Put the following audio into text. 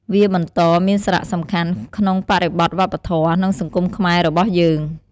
វាបន្តមានសារៈសំខាន់ក្នុងបរិបទវប្បធម៌ និងសង្គមខ្មែររបស់យើង។